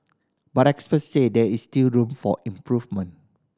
but experts say there is still room for improvement